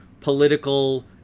political